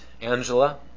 Angela